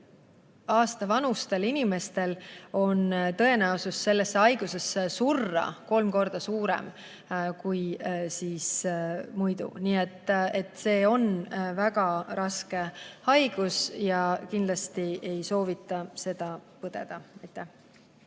aasta vanustel inimestel on tõenäosus sellesse haigusesse surra kolm korda suurem kui noorematel. See on väga raske haigus ja ma kindlasti ei soovita seda põdeda. Aitäh!